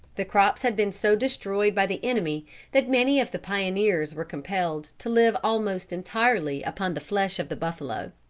the crops had been so destroyed by the enemy that many of the pioneers were compelled to live almost entirely upon the flesh of the buffalo.